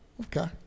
Okay